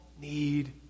need